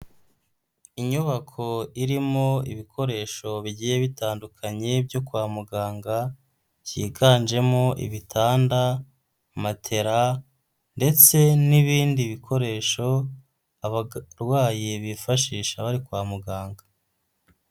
Inyubako irimo ibikoresho bigiye bitandukanye byo kwa muganga, byiganjemo ibitanda, matela, ndetse n'ibindi bikoresho, abarwayi bifashisha bari kwa muganga.